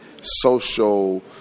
social